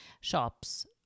shops